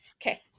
Okay